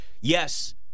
yes